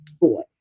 boy